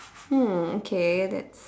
hmm okay that's